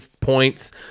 points